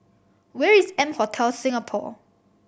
where is M Hotel Singapore